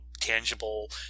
tangible